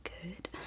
good